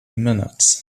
minutes